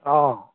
অঁ